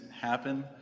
happen